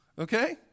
Okay